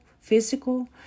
physical